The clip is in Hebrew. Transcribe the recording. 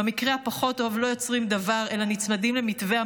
ובמקרה הפחות-טוב לא יוצרים דבר אלא נצמדים למתווה המל"ג,